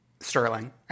Sterling